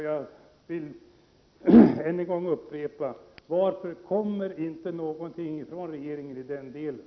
Jag upprepar: Varför får vi inget sådant förslag från regeringen?